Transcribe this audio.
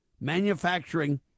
Manufacturing